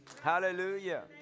Hallelujah